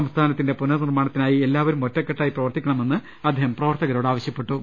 സംസ്ഥാനത്തിന്റെ പുനർനിർമ്മാണത്തിനായി എല്ലാവരും ഒറ്റക്കെട്ടായി പ്രവർത്തിക്കണമെന്നും അദ്ദേഹം പ്രവർത്ത കരോട് ആവശ്യപ്പെട്ടു